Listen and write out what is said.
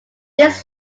this